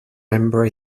member